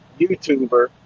YouTuber